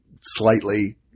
slightly